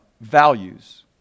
values